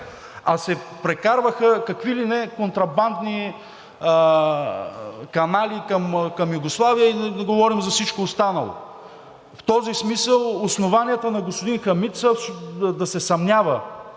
А се прекарваха какви ли не контрабандни канали към Югославия и да не говорим за всичко останало. В този смисъл основанията на господин Хамид да се съмнява